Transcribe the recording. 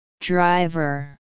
Driver